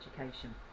education